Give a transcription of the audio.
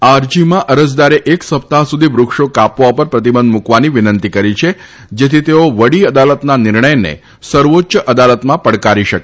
આ અરજીમાં અરજદારે એક સપ્તાહ સુધી વૃક્ષો કાપવા ઉપર પ્રતિબંધ મૂકવાની વિનંતી કરી છે જેથી તેઓ વડીઅદાલતના નિર્ણયને સર્વોચ્ય અદાલતમાં પડકારી શકે